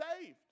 saved